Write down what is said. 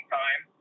time